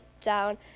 down